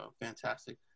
fantastic